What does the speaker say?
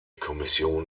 kommission